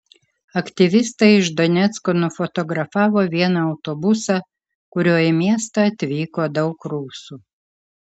aktyvistai iš donecko nufotografavo vieną autobusą kuriuo į miestą atvyko daug rusų